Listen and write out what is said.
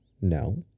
No